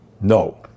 no